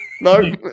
No